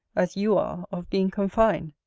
as you are of being confined.